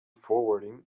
forwarding